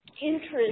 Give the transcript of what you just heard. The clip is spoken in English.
interest